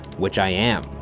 which i am,